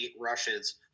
rushes